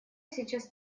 сейчас